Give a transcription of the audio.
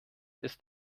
ist